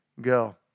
go